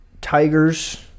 Tigers